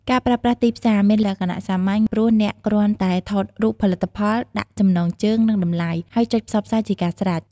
ការប្រើប្រាស់ ទីផ្សារ មានលក្ខណៈសាមញ្ញ ព្រោះអ្នកគ្រាន់តែថតរូបផលិតផល ដាក់ចំណងជើង និងតម្លៃ ហើយចុចផ្សព្វផ្សាយជាការស្រេច។